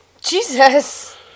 Jesus